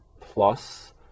plus